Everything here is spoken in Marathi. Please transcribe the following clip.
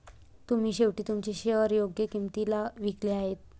तुम्ही शेवटी तुमचे शेअर्स योग्य किंमतीला विकले आहेत